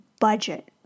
budget